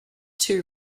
two